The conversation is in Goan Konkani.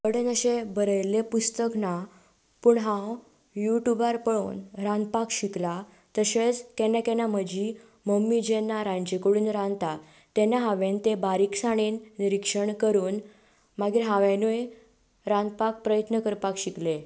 म्हजे कडेन अशें बरयल्ले पुस्तक ना पूण हांव यूट्यूबार पळोवन रांदपाक शिकलां तशेंच केन्ना केन्ना म्हजी मम्मी जेन्ना रांदचे कुडींत रांदता तेन्ना हांवें ते बारीकसाणेन निरीक्षण करून मागीर हांवेंनूय रांदपाक प्रयत्न करपाक शिकले